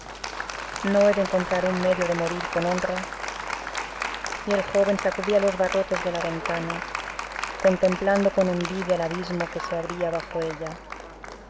no he de encontrar un medio de morir con honra y el joven sacudía los barrotes de la ventana contemplando con envidia el abismo que se abría bajo ella